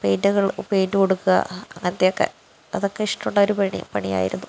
പെയിൻ്റുകൾ paint കൊടുക്കുക അതൊക്കെ അതൊക്കെ ഇഷ്ടമുണ്ടായിരുന്ന പണി പണിയായിരുന്നു